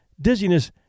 dizziness